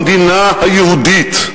שמכירה במדינה היהודית.